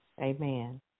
Amen